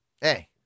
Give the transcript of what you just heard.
hey